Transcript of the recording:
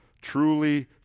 truly